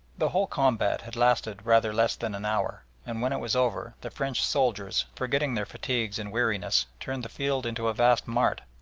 the whole combat had lasted rather less than an hour, and when it was over the french soldiers, forgetting their fatigues and weariness, turned the field into a vast mart,